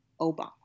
obama